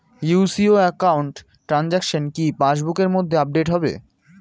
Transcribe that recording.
UCO account transaction কি pass বুকের মধ্যে আপডেট হবে?